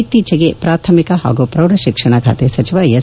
ಇತ್ತೀಚೆಗೆ ಪ್ರಾಥಮಿಕ ಹಾಗೂ ಪ್ರೌಢಶಿಕ್ಷಣ ಸಚಿವ ಎಸ್